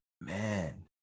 man